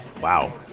Wow